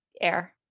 air